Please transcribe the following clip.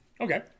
Okay